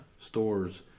stores